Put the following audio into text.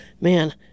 Man